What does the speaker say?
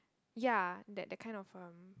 ya that that kind of um